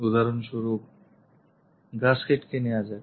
উদাহরণস্বরূপ gasket কে নেওয়া যাক